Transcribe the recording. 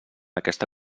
aquesta